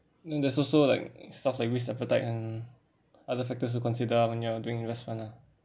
and there's also like stuff like risk appetite and other factors to consider when you are doing investment lah